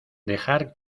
dejar